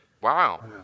Wow